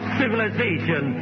civilization